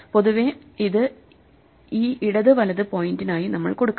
പൊതുവേ ഇത് ഈ ഇടത് വലത് പോയിന്റിനായി നമ്മൾ കൊടുക്കണം